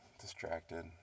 distracted